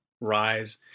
rise